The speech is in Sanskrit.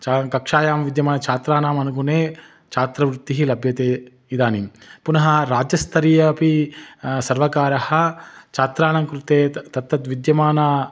छ कक्षायां विद्यमानं छात्राणाम् अनुगुणे छात्रवृत्तिः लभ्यते इदानीं पुनः राज्यस्तरीय अपि सर्वकारः छात्राणां कृते त तत् तत् विद्यमानानाम्